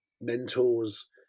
mentors